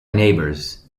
neighbors